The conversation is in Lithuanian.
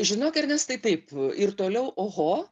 žinok ernestai taip ir toliau oho